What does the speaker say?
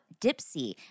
Dipsy